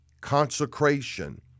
consecration